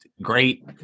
great